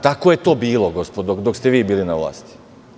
Tako je to bilo gospodo dok ste vi bili na vlasti.